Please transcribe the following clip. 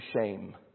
shame